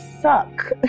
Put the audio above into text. suck